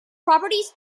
properties